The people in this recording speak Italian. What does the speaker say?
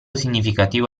significativo